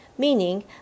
Meaning